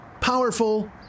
powerful